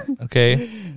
okay